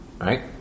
Right